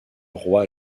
roi